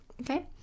okay